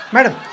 Madam